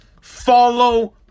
follow